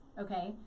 okay